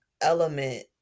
element